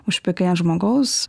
užpykai ant žmogaus